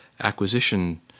acquisition